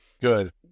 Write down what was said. Good